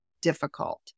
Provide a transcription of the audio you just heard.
difficult